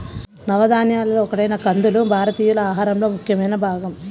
నవధాన్యాలలో ఒకటైన కందులు భారతీయుల ఆహారంలో ముఖ్యమైన భాగం